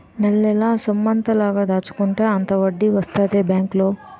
నెలనెలా సొమ్మెంత లాగ దాచుకుంటే అంత వడ్డీ వస్తదే బేంకులో